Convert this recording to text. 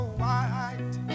white